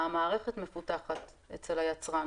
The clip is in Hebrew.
המערכת מפותחת אצל היצרן,